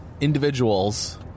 individuals